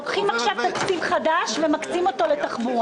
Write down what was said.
לוקחים עכשיו תקציב חדש ומקצים אותו לתחבורה.